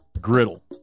Griddle